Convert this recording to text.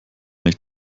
nicht